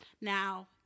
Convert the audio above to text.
Now